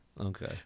okay